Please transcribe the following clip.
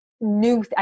new